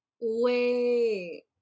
Wait